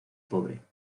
pobre